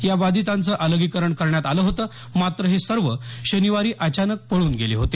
या बाधितांचं अलगीकरण करण्यात आलं होतं मात्र हे सर्व शनिवारी अचानक पळून गेले होते